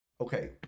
Okay